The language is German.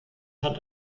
hat